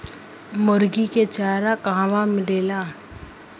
मुर्गी के चारा कहवा मिलेला?